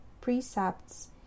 precepts